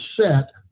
set